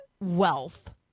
wealth